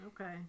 Okay